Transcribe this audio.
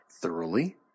thoroughly